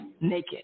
naked